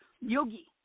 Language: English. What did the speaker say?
Yogi